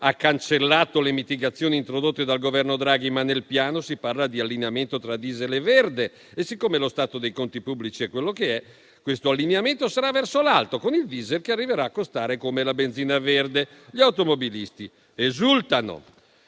ha cancellato le mitigazioni introdotte dal Governo Draghi, ma nel Piano si parla di allineamento tra *diesel* e verde e, siccome lo stato dei conti pubblici è quello che è, questo allineamento sarà verso l'alto, con il *diesel* che arriverà a costare come la benzina verde. Gli automobilisti esultano.